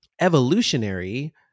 evolutionary